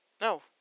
No